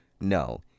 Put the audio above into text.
No